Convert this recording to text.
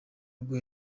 rwo